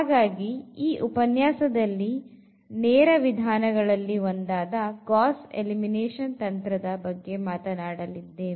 ಹಾಗಾಗಿ ಈ ಉಪನ್ಯಾಸದಲ್ಲಿ ನೇರ ವಿಧಾನಗಳಲ್ಲಿ ಒಂದಾದ ಗಾಸ್ ಎಲಿಮಿನೇಷನ್ ತಂತ್ರದ ಬಗ್ಗೆ ಮಾತನಾಡಲಿದ್ದೇವೆ